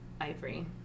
ivory